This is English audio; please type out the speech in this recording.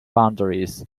boundaries